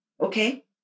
okay